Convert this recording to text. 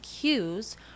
cues